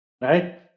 right